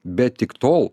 bet tik tol